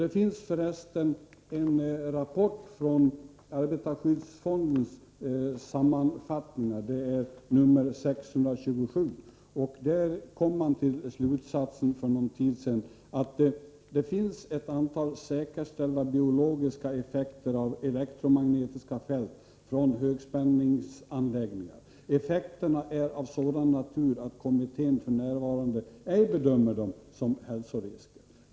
Det finns förresten en rapport i arbetarskyddsfondens sammanfattningar, nr 627, där man kom till slutsatsen — för någon tid sedan — att det finns ett antal säkerställda biologiska effekter av elektromagnetiska fält från högspänningsanläggningar. Effekterna är av sådan natur att kommittén f.n. ej bedömer dem som hälsorisker.